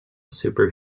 super